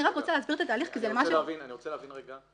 אני רק רוצה להסביר את התהליך כי זה משהו --- אני רוצה להבין רגע,